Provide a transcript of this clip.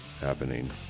happening